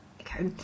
okay